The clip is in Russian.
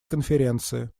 конференции